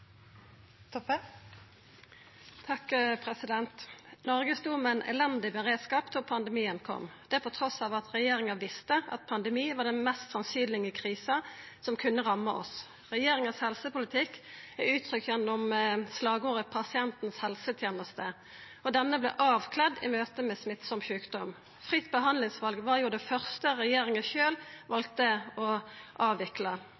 Toppe – til oppfølgingsspørsmål. Noreg stod med ein elendig beredskap da pandemien kom, trass i at regjeringa visste at pandemi var den mest sannsynlege krisa som kunne ramma oss. Regjeringas helsepolitikk er uttrykt gjennom slagordet «pasientens helseteneste», og denne vart avkledd i møtet med smittsam sjukdom. Fritt behandlingsval var jo det første regjeringa sjølv valde å avvikla.